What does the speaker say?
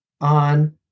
on